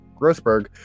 Grossberg